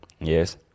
Yes